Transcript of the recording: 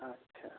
अच्छा